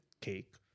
cake